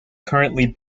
currently